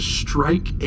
strike